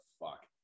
fuck